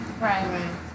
Right